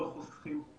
לא חוסכים בכלום,